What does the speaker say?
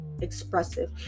expressive